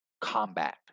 combat